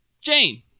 Jane